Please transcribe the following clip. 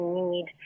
need